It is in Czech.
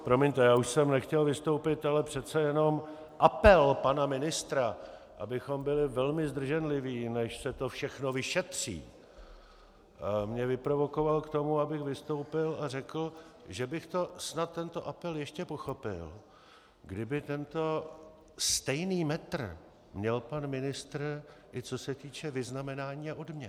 Promiňte, já už jsem nechtěl vystoupit, ale přece jenom apel pana ministra, abychom byli velmi zdrženliví, než se to všechno vyšetří, mě vyprovokoval k tomu, abych vystoupil a řekl, že bych snad tento apel ještě pochopil, kdyby tento stejný metr měl pan ministr, i co se týče vyznamenání a odměn.